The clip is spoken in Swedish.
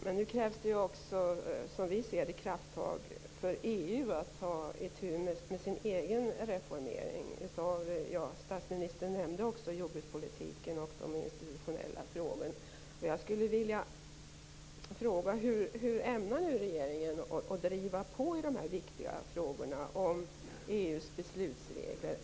Men nu krävs det också, som vi ser det, krafttag av EU för att ta itu med sin egen reformering. Statsministern nämnde jordbrukspolitiken och de institutionella frågorna. Jag skulle vilja fråga hur regeringen nu ämnar driva på i dessa viktiga frågor om EU:s beslutsregler.